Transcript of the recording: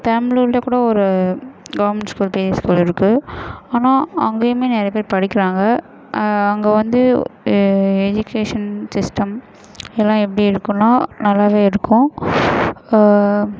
பெரம்பலூர்லேயே கூட ஒரு government school பெரிய ஸ்கூல் இருக்குது ஆனால் அங்கேயுமே நிறைய பேர் படிக்கிறாங்க அங்கே வந்து எ எஜுகேஷன் சிஸ்டம் எல்லாம் எப்படி இருக்கும்னால் நல்லாவே இருக்கும்